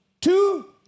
Two